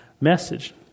message